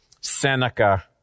Seneca